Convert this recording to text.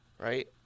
right